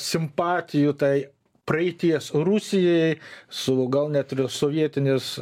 simpatijų tai praeities rusijai su gal net ir sovietinės